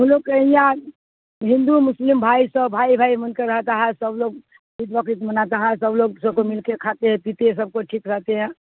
ہم لوگ کے یہاں ہندو مسلم بھائی سب بھائی بھائی مان کر رہتا ہے سب لوگ عید بقرعید مناتا ہے سب لوگ سب کو مل کے کھاتے ہیں پیتے ہیں سب کو ٹھیک رہتے ہیں